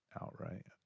outright